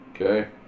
Okay